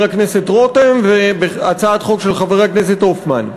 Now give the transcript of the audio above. הכנסת רותם ובהצעת חוק של חבר הכנסת הופמן.